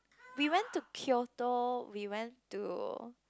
we went to Kyoto we went to